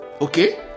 Okay